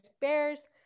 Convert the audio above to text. bears